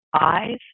eyes